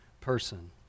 person